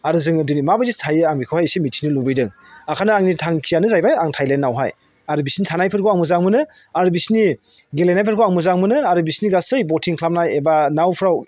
आरो जोङो दिनै माबायदि थायो आं बेखौहाय इसे मिथिनो लुबैदों ओंखायनो आंनि थांखियानो जाहैबाय आं थायलेन्डआवहाय आरो बिसोरनि थानायफोरखौ आं मोजां मोनो आरो बिसोरनि गेलेनायफोरखौ आं मोजां मोनो आरो बिसोरनि गासै बथिं खालामनाय एबा नावफ्राव